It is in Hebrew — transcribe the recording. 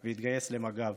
למג"ב.